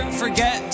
forget